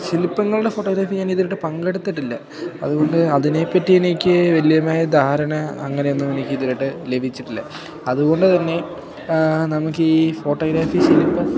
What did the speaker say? ശില്പങ്ങളുടെ photography ഞാൻ ഇതുവരെയായിട്ട് പങ്കെടുത്തിട്ടില്ല അതുകൊണ്ട് അതിനെപ്പറ്റി എനിക്ക് വല്യതായ ധാരണ അങ്ങനെയൊന്നും എനിക്ക് ഇതുവരെയായിട്ടു ലഭിച്ചിട്ടില്ല അതുകൊണ്ടുതന്നെ നമുക്ക് ഈ ഫോട്ടോഗ്രാഫി ശില്പ